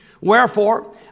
Wherefore